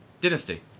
Dynasty